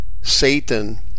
Satan